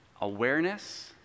awareness